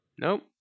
nope